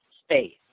space